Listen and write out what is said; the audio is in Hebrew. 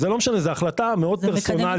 זה לא משנה, זו החלטה מאוד פרסונלית.